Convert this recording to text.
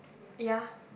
ya